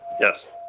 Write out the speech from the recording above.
Yes